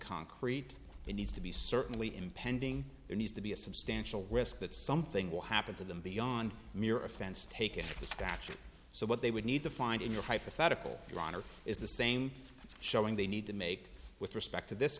concrete needs to be certainly impending there needs to be a substantial risk that something will happen to them beyond mere offense taken to the statute so what they would need to find in your hypothetical your honor is the same showing they need to make with respect to this